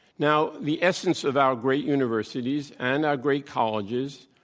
now, the essence of our great universities and our great colleges,